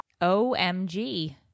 OMG